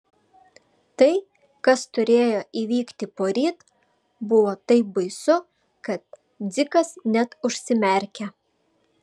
tai kas turėjo įvykti poryt buvo taip baisu kad dzikas net užsimerkė